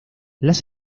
las